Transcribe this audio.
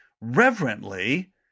reverently